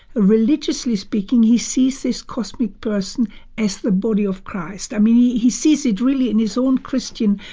religiously speaking, he sees this cosmic person as the body of christ. i mean, he sees it really in his own christian,